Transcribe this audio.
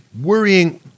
worrying